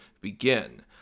begin